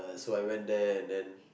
so I went there and then